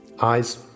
eyes